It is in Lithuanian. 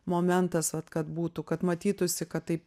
momentas vat kad būtų kad matytųsi kad taip